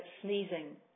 sneezing